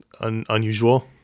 unusual